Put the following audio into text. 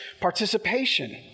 participation